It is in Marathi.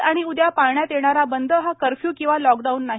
आज आणि उद्या पाळण्यात येणारा बंद हा कर्फ्यू किंवा लॉकडाउन नाही